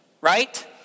Right